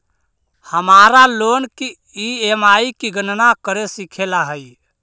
हमारा लोन की ई.एम.आई की गणना करे सीखे ला हई